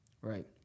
right